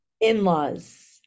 in-laws